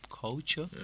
Culture